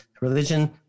religion